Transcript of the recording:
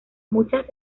muchas